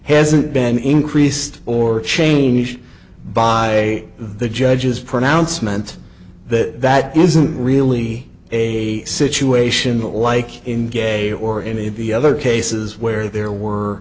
hasn't been increased or changed by the judge's pronouncement that that isn't really a situation like in gay or any of the other cases where there were